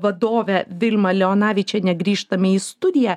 vadove vilma leonavičiene grįžtame į studiją